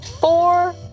four